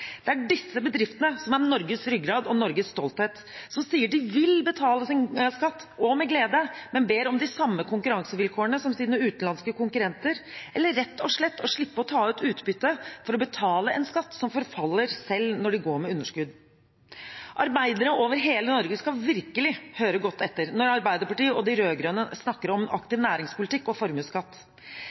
det de har skapt, til neste generasjon. Det er disse bedriftene som er Norges ryggrad og Norges stolthet, som sier de vil betale sin skatt med glede, men ber om de samme konkurransevilkårene som sine utenlandske konkurrenter, eller rett og slett om å slippe å ta ut utbytte for å betale en skatt som forfaller selv når de går med underskudd. Arbeidere over hele Norge skal virkelig høre godt etter når Arbeiderpartiet og de rød-grønne snakker om aktiv næringspolitikk og formuesskatt.